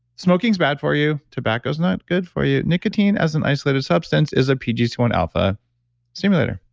smoking's bad for you, tobacco's not good for you. nicotine as an isolated substance is a pgc one alpha stimulator.